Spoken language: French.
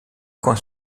coins